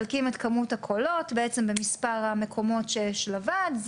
מחלקים את כמות הקולות במספר המקומות שיש לוועד.